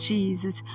Jesus